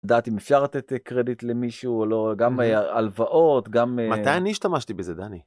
לדעת אם אפשר לתת קרדיט למישהו או לא, גם הלוואות, גם... מתי אני השתמשתי בזה, דני?